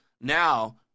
now